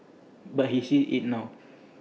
but he sees IT now